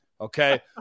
Okay